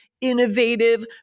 innovative